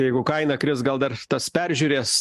jeigu kaina kris gal dar tas peržiūrės